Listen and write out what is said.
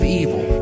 evil